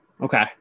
okay